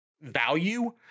value